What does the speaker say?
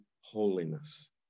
holiness